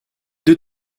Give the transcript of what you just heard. deux